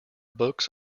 books